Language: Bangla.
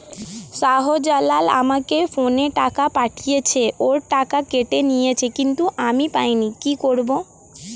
শাহ্জালাল আমাকে ফোনে টাকা পাঠিয়েছে, ওর টাকা কেটে নিয়েছে কিন্তু আমি পাইনি, কি করব?